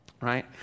right